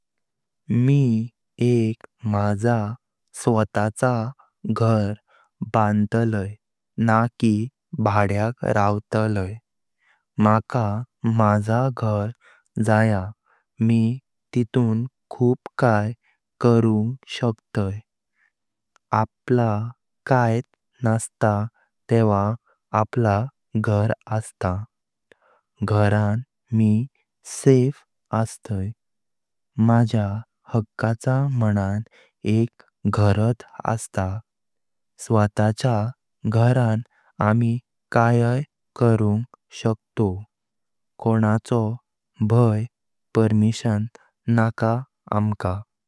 मी एक माजा स्वतातचा घर बनटालायं न्हा कि भाड्यक रावतलायं। मका माजा घर जाया मी तेतेन खूप काय करुंग शकतायं। आपलं कायत नस्तं तेव्हा आपलं घरांत अस्तं। घरांत मी सेफ अस्तांय। माज्या हक्काचं मानन एक घरांत अस्तं। स्वताच्या घरां आम्ही काया करुंग शकोव। कोणाचो भय पर्मिशन नका आमका।